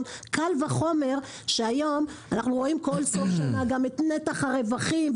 קל וחומר שהיום אנחנו רואים בסוף כל שנה את נתח הרווחים,